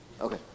Okay